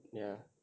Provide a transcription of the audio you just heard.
ya